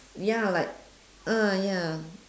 ya lah like ah ya